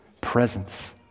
Presence